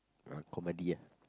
ah comedy ah